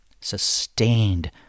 sustained